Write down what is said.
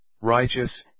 righteous